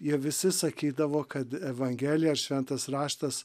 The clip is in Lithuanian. jie visi sakydavo kad evangelija ar šventas raštas